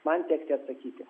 man tekti atsakyti